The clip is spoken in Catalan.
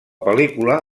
pel·lícula